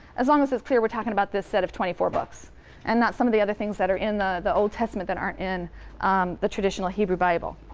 as long as it's clear we're talking about this set of twenty four books and not some of the other things that are in the the old testament that aren't in um the traditional hebrew bible.